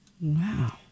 Wow